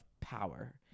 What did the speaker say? power